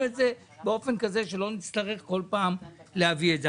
את זה באופן כזה שלא נצטרך כל פעם להביא את זה.